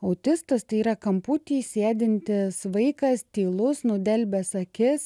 autistas tai yra kamputy sėdintis vaikas tylus nudelbęs akis